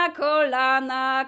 kolana